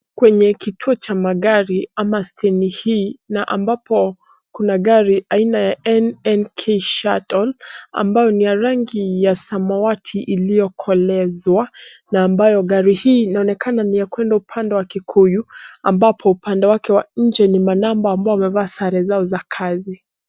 Kwenye kituo cha magari ana steni hii, na ambapo kuna gari aina ya NNK Shuttle ambayo ni ya rangi ya samawati iliyokolezwa na ambayo gari hii inaonekana ni ya kuenda upande wa Kikuyu , ambapo upande wake wa nje ni manamba ambao wamevaa sare zao za kazi.